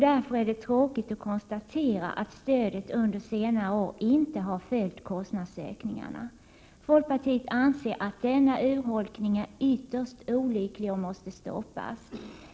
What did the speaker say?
Därför är det tråkigt att konstatera att stödets storlek under senare år inte har följt kostnadsutvecklingen. Folkpartiet anser att denna urholkning är ytterst olycklig och måste stoppas.